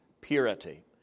purity